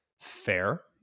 Fair